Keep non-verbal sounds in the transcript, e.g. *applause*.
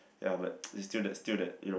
ya but *noise* it still that still that you know